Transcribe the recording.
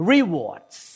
Rewards